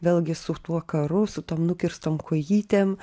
vėlgi su tuo karu su tom nukirstom kojytėm